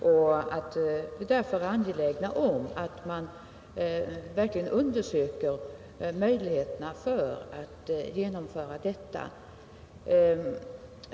Vi är därför angelägna om att man verkligen undersöker möjligheterna att genomföra detta.